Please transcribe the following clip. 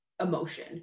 emotion